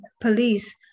police